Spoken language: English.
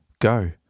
go